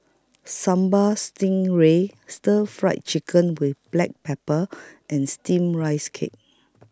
Sambal Stingray Stir Fried Chicken with Black Pepper and Steamed Rice Cake